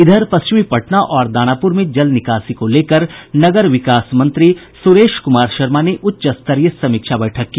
इधर पश्चिमी पटना और दानापुर में जल निकासी को लेकर नगर विकास मंत्री सुरेश कुमार शर्मा ने उच्च स्तरीय समीक्षा बैठक की